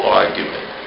argument